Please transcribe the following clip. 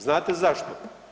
Znate zašto?